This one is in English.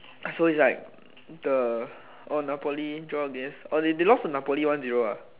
so it's like the oh napoli draw against oh they lost to napoli one zero ah